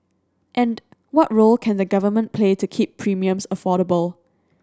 and what role can the Government play to keep premiums affordable